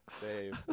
save